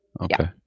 Okay